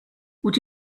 would